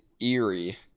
eerie